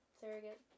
Surrogate